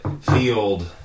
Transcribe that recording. Field